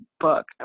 book